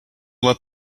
let